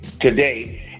today